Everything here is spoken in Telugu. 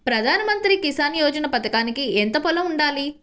ప్రధాన మంత్రి కిసాన్ యోజన పథకానికి ఎంత పొలం ఉండాలి?